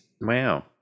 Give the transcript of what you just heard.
Wow